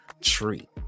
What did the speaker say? treat